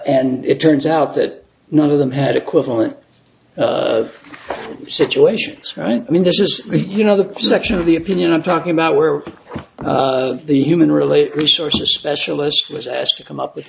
and it turns out that none of them had equivalent situations right i mean this is you know the section of the opinion of talking about where the human relate resources specialist was asked to come up with